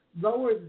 lower